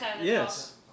Yes